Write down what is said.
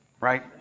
right